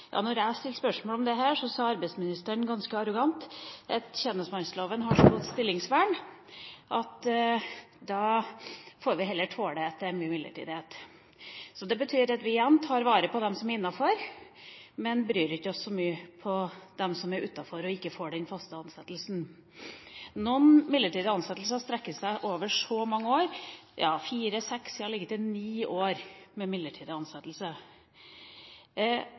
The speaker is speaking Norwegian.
jeg stilte spørsmål om dette, sa arbeidsministeren ganske arrogant at tjenestemannsloven har så godt stillingsvern at da får vi heller tåle at det er mye midlertidighet. Det betyr igjen at vi tar vare på dem som er innenfor, men bryr oss ikke så mye om dem som er utenfor og ikke får fast ansettelse. Noen midlertidige ansettelser strekker seg over mange år – fire, seks, opp til ni år